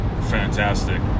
fantastic